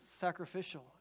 sacrificial